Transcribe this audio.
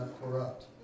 corrupt